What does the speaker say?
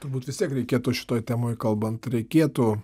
turbūt vis tiek reikėtų šitoj temoj kalbant reikėtų